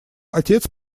отец